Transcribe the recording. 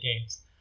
games